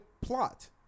plot